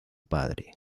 padre